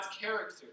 character